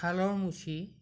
কঁঠালৰ মুচি